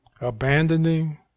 Abandoning